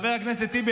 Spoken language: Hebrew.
חבר הכנסת טיבי,